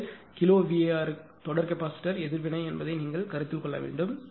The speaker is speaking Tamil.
நீங்கள் கிலோ VAr தொடர் கெபாசிட்டர் எதிர்வினை என்பதை நீங்கள் கருத்தில் கொள்ள வேண்டும்